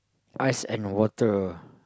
ice and water